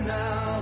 now